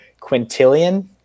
quintillion